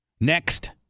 Next